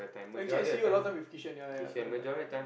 but actually I see you a lot of time with kishan ya ya ya correct correct